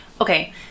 Okay